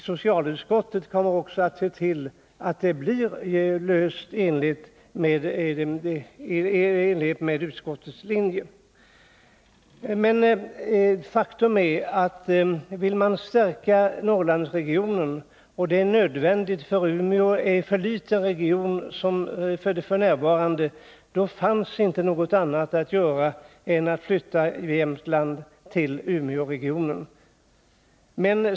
Socialutskottet kommer också att se till att problemet blir löst i enlighet med utskottets uppfattning. Men faktum är att ville man stärka Umeåregionen, vilket är nödvändigt eftersom den är för liten f. n., fanns det inte något annat att göra än att flytta Jämtlands län till Umeåregionen.